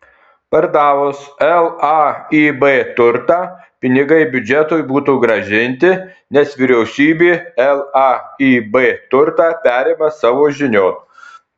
pardavus laib turtą pinigai biudžetui būtų grąžinti nes vyriausybė laib turtą perima savo žinion